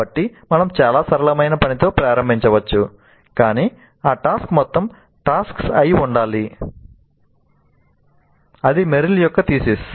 కాబట్టి మనము చాలా సరళమైన పనితో ప్రారంభించవచ్చు కాని ఆ టాస్క్ మొత్తం టాస్క్స్ అయి ఉండాలి అది మెరిల్ యొక్క థీసిస్